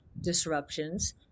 disruptions